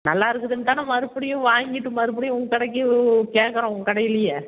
நல்லா இருக்குதுன்னு தானே மறுபடியும் வாங்கிகிட்டு மறுபடியும் உங்கள் கடைக்கு உ கேட்குறோம் உங்கள் கடையிலேயே